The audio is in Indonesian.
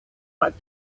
pak